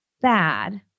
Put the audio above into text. bad